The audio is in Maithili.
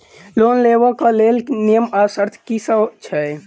लोन लेबऽ कऽ लेल नियम आ शर्त की सब छई?